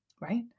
right